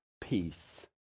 peace